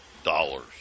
dollars